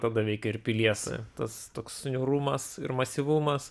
tada veikia ir pilies tas toks niūrumas ir masyvumas